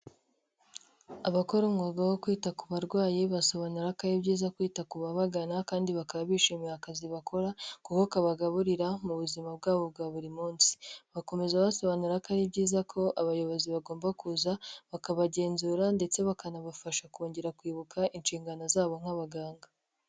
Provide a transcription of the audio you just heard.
Abakora umwuga wo kwita ku barwayi, basobanura ko ari byiza kwita ku babagana, kandi bakaba bishimiye akazi bakora, kuko kabagaburira mu buzima bwabo bwa buri munsi. Bakomeza basobanura ko ari byiza ko abayobozi bagomba kuza bakabagenzura, ndetse bakanabafasha kongera kwibuka inshingano zabo nk'abaganga.